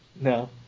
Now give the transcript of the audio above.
No